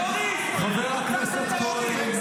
אזרחי ישראל מקבלים טעימה.